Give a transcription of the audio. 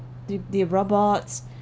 the the robots